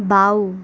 বাওঁ